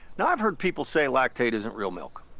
i've heard people say lactaid isn't real milk.